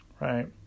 right